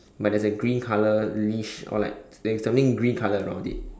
but there's a green colour leash or like there's something green colour around it